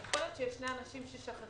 יכול להיות שיש שני אנשים ששכחו.